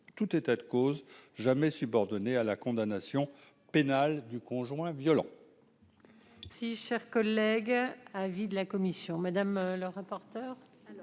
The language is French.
tout état de cause, jamais subordonné à la condamnation pénale du conjoint violent.